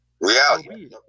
reality